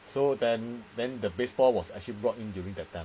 so then then the baseball was actually brought in during that time